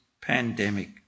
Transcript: pandemic